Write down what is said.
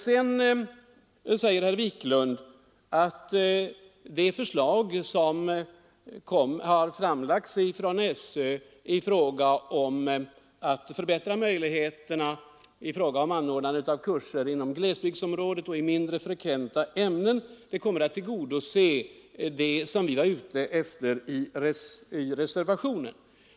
Herr Wiklund säger att det förslag som har framlagts från SÖ om bättre möjligheter att anordna kurser i glesbygdsområden och i mindre frekventa ämnen kommer att tillgodose det som vi är ute efter i reservationen.